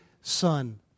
Son